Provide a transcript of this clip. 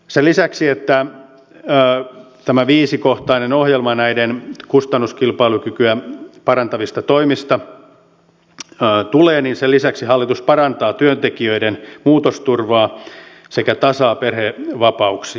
sen lisäksi että tämä viisikohtainen ohjelma kustannuskilpailukykyä parantavista toimista tulee hallitus parantaa työntekijöiden muutosturvaa sekä tasaa perhevapauksia